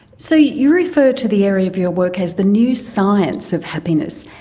so you refer to the area of your work as the new science of happiness.